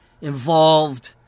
involved